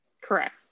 Correct